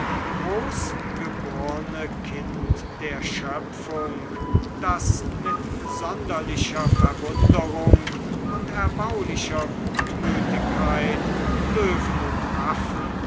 großgeborne kind der schöpfung das mit sonderlicher verwunderung und erbaulicher gutmütigkeit löwen und affen